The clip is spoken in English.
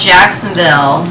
Jacksonville